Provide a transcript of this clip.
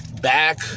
back